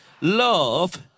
love